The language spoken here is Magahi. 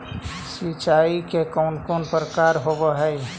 सिंचाई के कौन कौन प्रकार होव हइ?